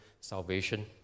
salvation